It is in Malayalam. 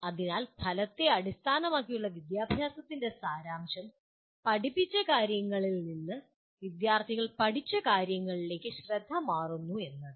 അതിനാൽ ഫലത്തെ അടിസ്ഥാനമാക്കിയുള്ള വിദ്യാഭ്യാസത്തിൻ്റെ സാരാംശം പഠിപ്പിച്ച കാര്യങ്ങളിൽ നിന്ന് വിദ്യാർത്ഥികൾ പഠിച്ച കാര്യങ്ങളിലേക്ക് ശ്രദ്ധ മാറുന്നു എന്നത്